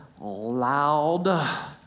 loud